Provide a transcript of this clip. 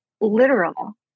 literal